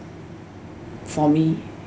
for me